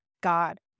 God